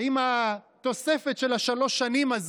עם התוספת הזו של שלוש שנים,